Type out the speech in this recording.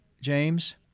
James